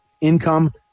income